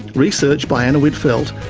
research by anna whitfeld,